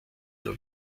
nur